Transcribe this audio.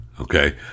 Okay